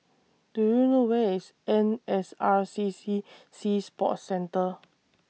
Do YOU know Where IS N S R C C Sea Sports Centre